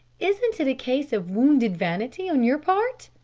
isn't it a case of wounded vanity on your part?